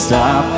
Stop